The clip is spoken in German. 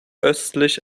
östlich